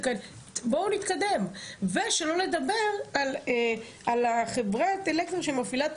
בואו נתקדם ושלא נדבר על חברת אלקטרה שמפעילה את